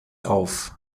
auf